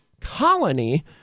colony